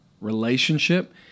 relationship